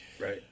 Right